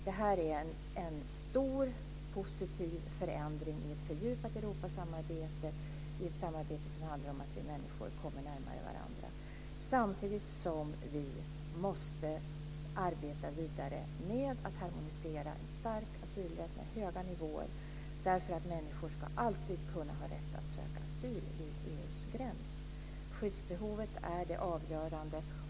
Det här är en stor positiv förändring i ett fördjupat Europasamarbete - i ett samarbete som handlar om att vi människor kommer närmare varandra samtidigt som vi måste arbeta vidare med att harmonisera en stark asylrätt med höga nivåer därför att människor alltid ska kunna ha rätt att söka asyl vid EU:s gräns. Skyddsbehovet är det avgörande.